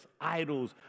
idols